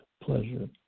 pleasure